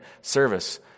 service